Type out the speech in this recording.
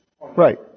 Right